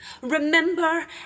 Remember